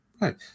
Right